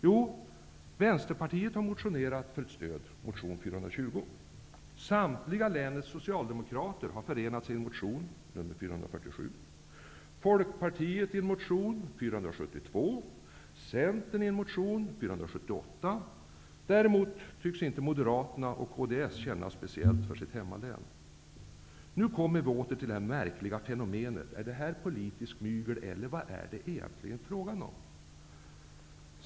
Jo, Vänsterpartiet har motionerat för ett stöd i motion A478. Däremot tycks inte Moderaterna och kds känna speciellt för sitt hemlän. Jag återkommer nu till det märkliga fenomenet: Är det här politiskt mygel eller vad är det egentligen fråga om?